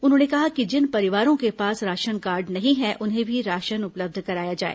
उन्होंने कहा कि जिन परिवारों के पास राशन कार्ड नहीं है उन्हें भी राशन उपलब्ध कराया जाए